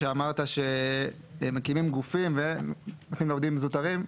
שאמרת שמקימים גופים ונותנים לעובדים זוטרים,